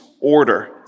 order